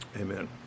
Amen